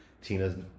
Tina's